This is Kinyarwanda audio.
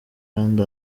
kandi